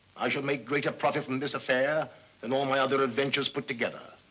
i should make greater profits from this affair than all my other adventures put together.